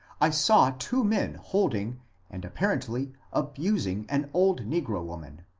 i saw two men holding and apparently abusing an old negro woman.